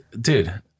dude